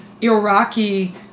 Iraqi